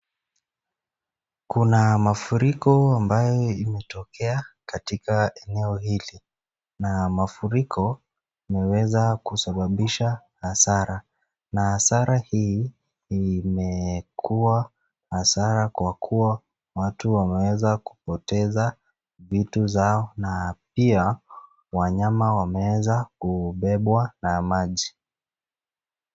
Kuna mafuriko ambayo imetokea katika eneo hili. Na mafuriko yameweza kusababisha hasara. Na hasara hii imekuwa hasara kwa kuwa watu wameweza kupoteza vitu zao na pia wanyama wameweza kubebwa na maji.